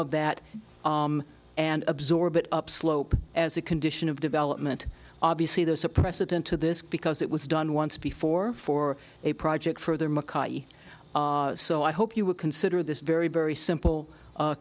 of that and absorb it upslope as a condition of development obviously there's a precedent to this because it was done once before for a project for makati so i hope you would consider this very very simple